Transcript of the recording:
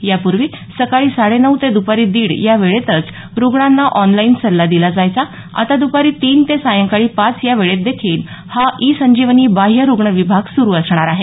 यापूर्वी सकाळी साडे नऊ ते द्पारी दीड या वेळेतच रुग्णांना ऑनलाईन सल्ला दिला जायचा आता दुपारी तीन ते सायंकाळी पाच या वेळेत देखील हा ई संजीवनी बाह्य रुग्ण विभाग सुरु असणार आहे